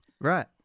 Right